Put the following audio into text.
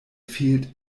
fehlt